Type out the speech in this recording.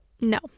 No